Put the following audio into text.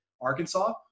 Arkansas